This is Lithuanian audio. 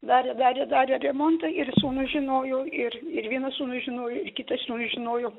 darė darė darė remontą ir sūnus žinojo ir ir vienas sūnus žinojo ir kitas sūnus žinojo